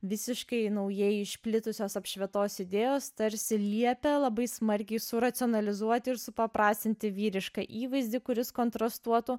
visiškai naujai išplitusios apšvietos idėjos tarsi liepė labai smarkiai su racionalizuoti ir supaprastinti vyrišką įvaizdį kuris kontrastuotų